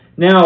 Now